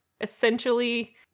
essentially